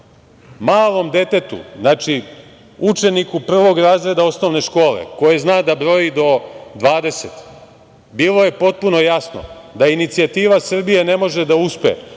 Malom detetu, znači učeniku Prvog razreda osnovne škole koji zna da broji do 20 bilo je potpuno jasno da inicijativa Srbije ne može da uspe,